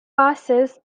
passes